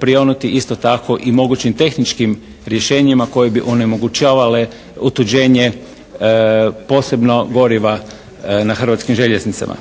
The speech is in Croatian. prionuti isto tako i mogućim tehničkim rješenjima koje bi onemogućavale otuđenje posebno goriva na Hrvatskim željeznicama.